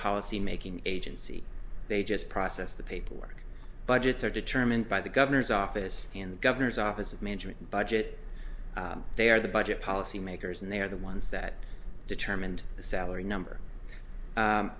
policymaking agency they just process the paperwork budgets are determined by the governor's office in the governor's office of management and budget they are the budget policymakers and they are the ones that determined the salary number